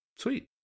sweet